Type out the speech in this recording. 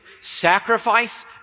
sacrifice